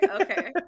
okay